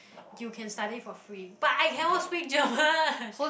you can study for free but I cannot speak German